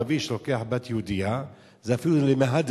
ערבי שלוקח בת יהודייה זה אפילו למהדרין,